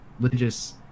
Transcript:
religious